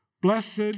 Blessed